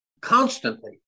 Constantly